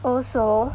also